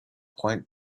point